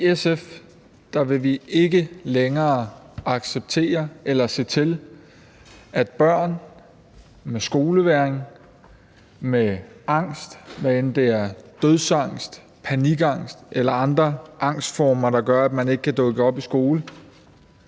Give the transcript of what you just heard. I SF vil vi ikke længere acceptere eller se til, at børn med skolevægring og med angst, hvad enten det er dødsangst, panikangst eller andre angstformer, der gør, at man ikke kan dukke op i skolen,